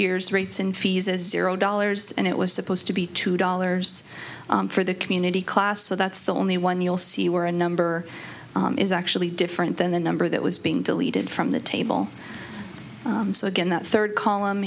year's rates and fees as zero dollars and it was supposed to be two dollars for the community class so that's the only one you'll see where a number is actually different than the number that was being deleted from the table so again the third c